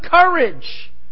courage